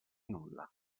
nulla